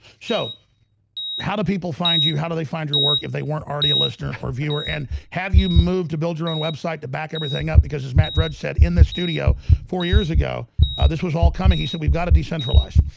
so how do people find you how do they find your work if they weren't already a listener or viewer? and have you moved to build your own website to back everything up because his matt drudge said in the studio four years ago this was all coming. he said we've got a decentralized.